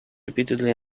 repeatedly